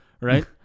right